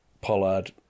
Pollard